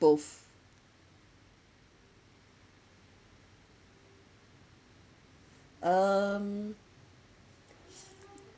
both um